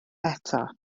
eto